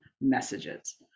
messages